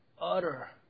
utter